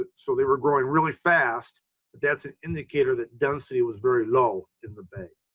but so they were growing really fast, but that's an indicator that density was very low in the bay.